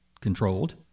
controlled